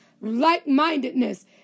like-mindedness